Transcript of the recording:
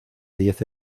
diez